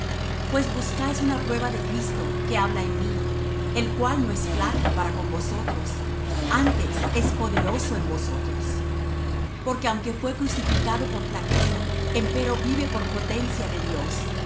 pues buscáis una prueba de cristo que habla en mí el cual no es flaco para con vosotros antes es poderoso en vosotros porque aunque fué crucificado por flaqueza empero vive por potencia de dios